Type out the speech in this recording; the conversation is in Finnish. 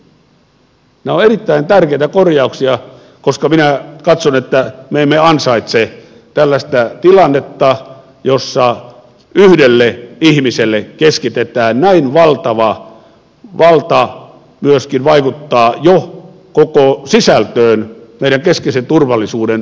nämä ovat erittäin tärkeitä korjauksia koska minä katson että me emme ansaitse tällaista tilannetta jossa yhdelle ihmiselle keskitetään näin valtava valta myöskin vaikuttaa jo koko sisältöön meidän keskeisen turvallisuuden toimijoiden piirissä